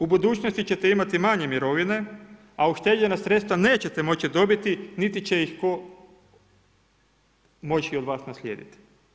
U budućnosti ćete imati manje mirovine, a ušteđena sredstva nećete moći dobiti, niti će ih tko moći od vas naslijediti.